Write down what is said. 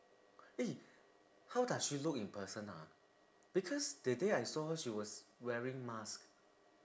eh how does she look in person ah because that day I saw her she was wearing mask